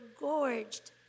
gorged